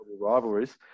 rivalries